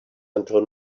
until